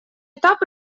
этап